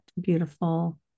beautiful